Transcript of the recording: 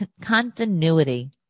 continuity